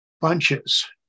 bunches